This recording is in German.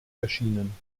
erschienen